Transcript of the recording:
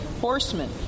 horsemen